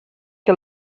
que